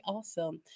Awesome